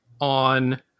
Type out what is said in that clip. on